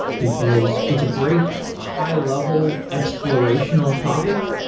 because it's a great high-level explorational topic.